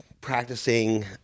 practicing